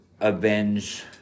avenge